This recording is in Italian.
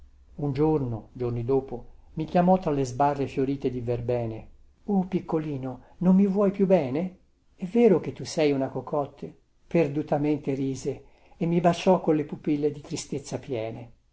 un giorno giorni dopo mi chiamò tra le sbarre fiorite di verbene o piccolino non mi vuoi più bene è vero che tu sei una cocotte perdutamente rise e mi baciò con le pupille di tristezza piene